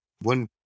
One